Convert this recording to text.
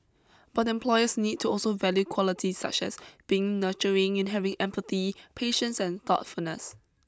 but employees need to also value qualities such as being nurturing and having empathy patience and thoughtfulness